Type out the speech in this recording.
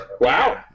Wow